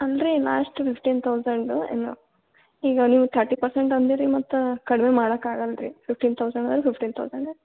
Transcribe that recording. ಅಂದರೆ last fifteen thousand ಇಲ್ಲ ಈಗ ನೀವು ಥರ್ಟಿ ಪರ್ಸೆಂಟ್ ಅಂದ್ರಿ ಮತ್ತು ಕಡ್ಮೆ ಮಾಡೋಕ್ಕಾಗಲ್ಲ ರೀ ಫಿಫ್ಟೀನ್ ತೌಸಂಡ್ ಅಂದ್ರೆ ಫಿಫ್ಟೀನ್ ತೌಸಂಡೇ